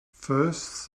first